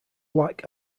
black